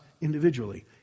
individually